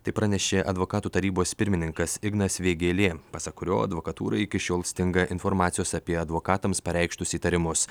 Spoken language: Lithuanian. tai pranešė advokatų tarybos pirmininkas ignas vėgėlė pasak kurio advokatūrai iki šiol stinga informacijos apie advokatams pareikštus įtarimus